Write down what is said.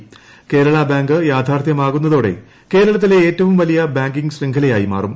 Kerala bank യാഥാർത്ഥ്യമാകുന്നതോടെ കേരളത്തിലെ ഏറ്റവും പ്രവലിയ് ബാങ്കിംഗ് ശൃംഖലയായി മാറും